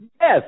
Yes